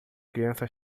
criança